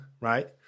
right